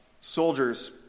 soldiers